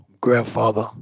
grandfather